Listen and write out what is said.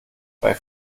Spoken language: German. bei